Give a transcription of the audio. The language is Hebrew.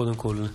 קודם כול,